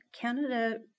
Canada